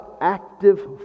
active